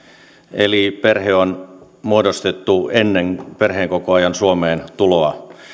eli perhe on muodostettu ennen perheenkokoajan suomeen tuloa